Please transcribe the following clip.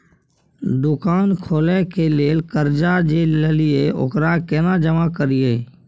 दुकान खोले के लेल कर्जा जे ललिए ओकरा केना जमा करिए?